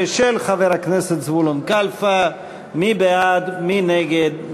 2013, של חבר הכנסת זבולון קלפה, מי בעד, מי נגד?